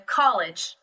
college